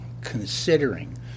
considering